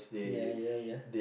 yeah yeah yeah